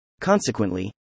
Consequently